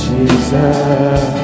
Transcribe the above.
Jesus